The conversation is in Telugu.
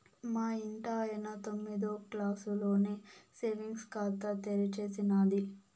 మా ఇంటాయన తొమ్మిదో క్లాసులోనే సేవింగ్స్ ఖాతా తెరిచేసినాది